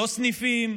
לא סניפים,